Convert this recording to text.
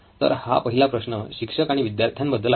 तर हा पहिला प्रश्न शिक्षक आणि विद्यार्थ्यांबद्दल आहे